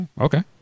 Okay